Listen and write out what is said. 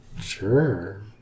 Sure